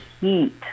heat